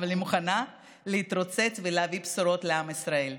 אבל אני מוכנה להתרוצץ ולהביא בשורות לעם ישראל.